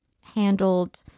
handled